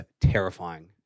terrifying